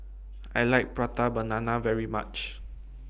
I like Prata Banana very much